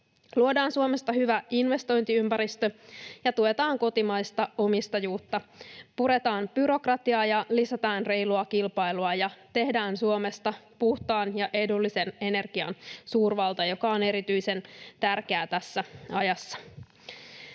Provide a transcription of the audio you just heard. Luodaan Suomesta hyvä investointiympäristö ja tuetaan kotimaista omistajuutta, puretaan byrokratiaa ja lisätään reilua kilpailua ja tehdään Suomesta puhtaan ja edullisen energian suurvalta, sillä se on erityisen tärkeää tässä ajassa.